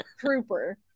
trooper